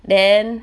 then